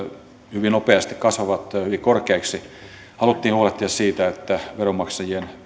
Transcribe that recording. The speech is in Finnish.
hyvin nopeasti kasvavat hyvin korkeiksi huolehtia siitä että veronmaksajien